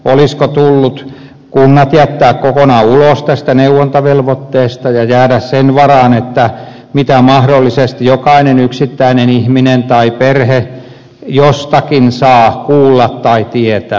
olisiko tullut kunnat jättää kokonaan ulos tästä neuvontavelvoitteesta ja jäädä sen varaan mitä mahdollisesti jokainen yksittäinen ihminen tai perhe jostakin saa kuulla tai tietää